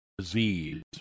disease